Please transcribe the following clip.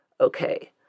okay